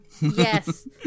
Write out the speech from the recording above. Yes